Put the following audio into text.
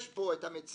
יש פה המצייד,